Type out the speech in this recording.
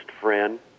friend